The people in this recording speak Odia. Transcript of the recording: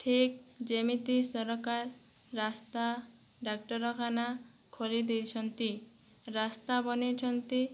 ଠିକ୍ ଯେମିତି ସରକାର ରାସ୍ତା ଡାକ୍ତରଖାନା ଖୋଲିଦେଇଛନ୍ତି ରାସ୍ତା ବନାଇଛନ୍ତି